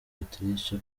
autriche